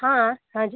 हाँ हाँ जी